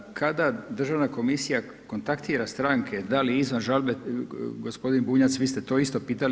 Kada državna komisija kontaktira stranke, da li izvan žalbe, gospodin Bunjac vi ste to isto pitali.